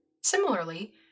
Similarly